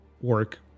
work